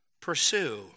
Pursue